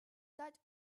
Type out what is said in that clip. that